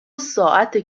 ساعته